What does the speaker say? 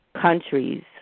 countries